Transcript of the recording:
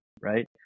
right